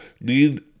need